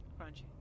Crunchy